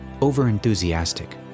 over-enthusiastic